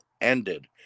ended